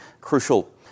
crucial